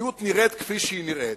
שהמדיניות נראית כפי שהיא נראית,